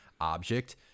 object